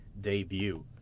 debut